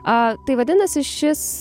a tai vadinasi šis